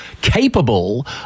capable